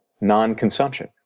Non-consumption